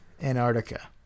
Antarctica